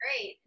great